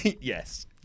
Yes